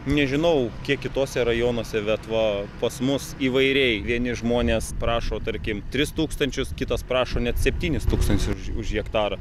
nežinau kiek kituose rajonuose bet va pas mus įvairiai vieni žmonės prašo tarkim tris tūkstančius kitas prašo net septynis tūkstančius už hektarą